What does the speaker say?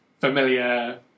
familiar